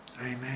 Amen